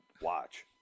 watch